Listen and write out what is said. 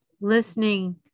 listening